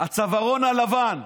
הצווארון הלבן.